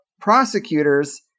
prosecutors